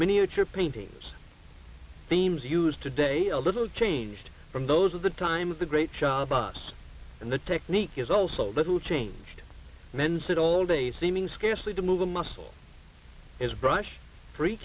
miniature paintings themes used today a little changed from those of the time of the great job us and the technique is also little changed men sit all day seeming scarcely to move a muscle is brush free